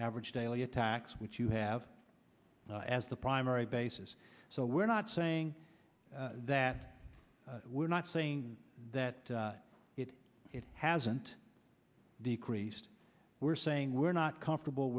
average daily attacks which you have as the primary basis so we're not saying that we're not saying that it it hasn't decreased we're saying we're not comfortable